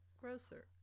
Grocer